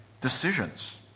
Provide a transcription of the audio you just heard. decisions